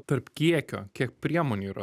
tarp kiekio kiek priemonių yra